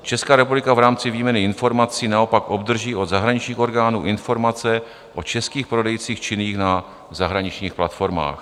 Česká republika v rámci výměny informací naopak obdrží od zahraničních orgánů informace o českých prodejcích činných na zahraničních platformách.